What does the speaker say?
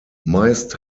meist